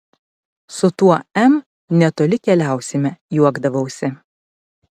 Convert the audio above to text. su tuo m netoli keliausime juokdavausi